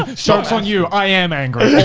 ah shocks on you, i am angry,